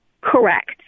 Correct